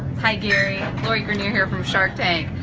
hi gary lori greiner here from shark tank.